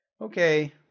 okay